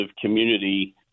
community